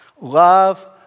love